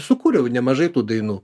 sukūriau nemažai tų dainų